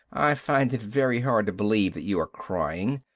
i find it very hard to believe that you are crying.